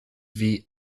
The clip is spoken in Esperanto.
via